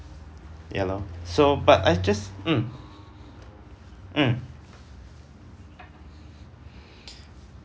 ya lor so but I just mm mm